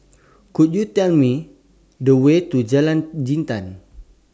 Could YOU Tell Me The Way to Jalan Jintan